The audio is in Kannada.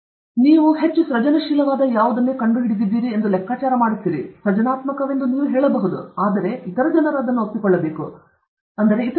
ಅದೇ ವಿಷಯ ನೀವು ಹೊಂದಿದ್ದೀರಿ ನೀವು ಹೆಚ್ಚು ಸೃಜನಶೀಲವಾದ ಯಾವುದನ್ನು ಕಂಡುಹಿಡಿದಿದ್ದೀರಿ ಎಂದು ನೀವು ಲೆಕ್ಕಾಚಾರ ಮಾಡುತ್ತೀರಿ ನೀವು ಸೃಜನಾತ್ಮಕ ಸೃಜನಾತ್ಮಕವೆಂದು ಹೇಳಬಹುದು ಆದರೆ ಇತರ ಜನರು ಇದನ್ನು ಒಪ್ಪಿಕೊಳ್ಳಬೇಕು ಅಲ್ಲವೇ